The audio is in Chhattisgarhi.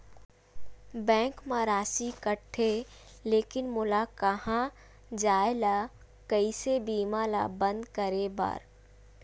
बैंक मा राशि कटथे लेकिन मोला कहां जाय ला कइसे बीमा ला बंद करे बार?